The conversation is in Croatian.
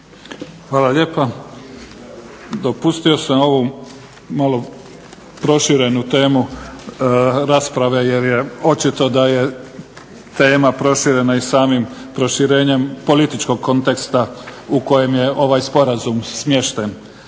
Hvala lijepa. Dopustio sam ovu malo proširenu temu rasprave jer je očito da je očito da je tema proširena i samim proširenjem političkog konteksta u kojem je ovaj sporazum smješten.